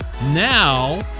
Now